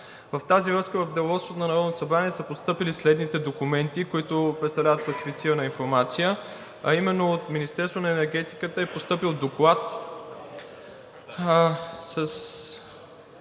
в тази връзка в Деловодството на Народното събрание са постъпили следните документи, които представляват класифицирана информация, а именно: От Министерството на енергетиката е постъпил Доклад №